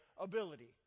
ability